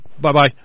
Bye-bye